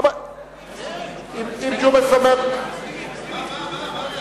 שמעלה את